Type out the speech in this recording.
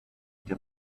der